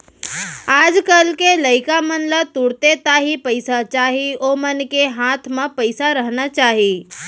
आज कल के लइका मन ला तुरते ताही पइसा चाही ओमन के हाथ म पइसा रहना चाही